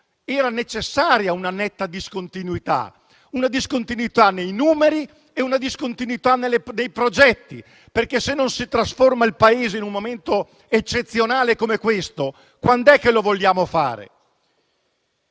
era necessaria una netta discontinuità; una discontinuità nei numeri e una discontinuità dei progetti. Se non si trasforma il Paese in un momento eccezionale come questo, quando lo vogliamo fare?